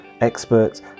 experts